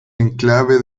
enclave